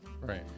Right